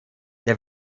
der